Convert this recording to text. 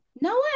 no